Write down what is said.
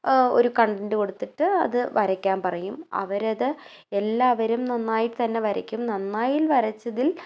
ഒരു കണ്ടെൻറ്റ് കൊടുത്തിട്ട് അത് വരയ്ക്കാൻ പറയും അവരത് എല്ലാവരും നന്നായി തന്നേ വരക്കും നന്നായിൽ വരച്ചതിൽ